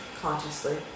consciously